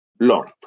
lord